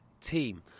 team